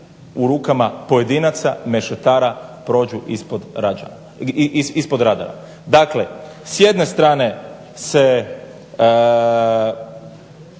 u rukama pojedinaca, mešetara prođu ispod radara. Dakle, s jedne strane se